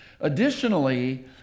Additionally